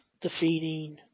defeating